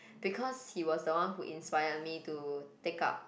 because he was the one who inspired me to take up